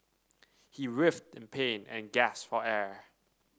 he writhed in pain and gasped for air